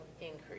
increase